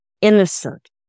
innocent